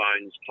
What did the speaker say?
phones